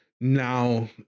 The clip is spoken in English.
now